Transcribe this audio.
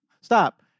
stop